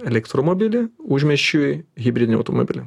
elektromobilį užmiesčiui hibridinį automobilį